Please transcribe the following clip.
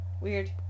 Weird